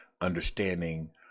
understanding